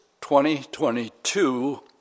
2022